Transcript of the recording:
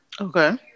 Okay